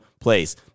place